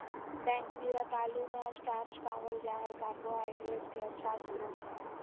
बैंगनी रतालू मे स्टार्च पावल जा हय कार्बोहाइड्रेट के अच्छा स्रोत हय